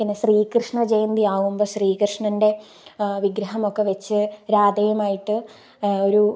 പിന്നെ ശ്രീകൃഷ്ണ ജയന്തിയാവുമ്പോള് ശ്രീകൃഷ്ണൻ്റെ വിഗ്രഹമൊക്കെ വച്ച് രാധയുമായിട്ട് ഒരു